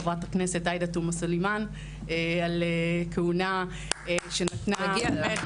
חה"כ עאידה תומא סלימאן על כהונה --- מגיע לה.